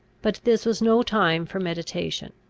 but this was no time for meditation.